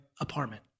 apartment